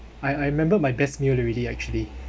I I remember my best meal already actually